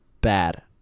bad